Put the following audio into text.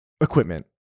equipment